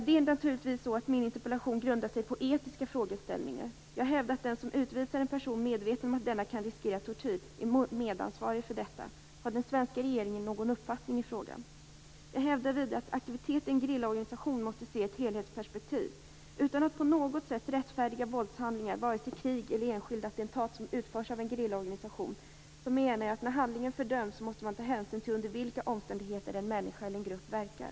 Det är naturligtvis så att min interpellation grundar sig på etiska frågeställningar. Jag hävdar att den som utvisar en person medveten om att denna kan riskera tortyr är medansvarig för detta. Har den svenska regeringen någon uppfattning i frågan? Jag hävdar vidare att aktivitet i en gerillaorganisation måste ses i ett helhetsperspektiv. Utan att på något sätt rättfärdiga våldshandlingar vare sig i krig eller i enskilda attentat som utförs av en gerillaorganisation menar jag, att när handlingen fördöms måste man ta hänsyn till under vilka omständigheter en människa eller en grupp verkar.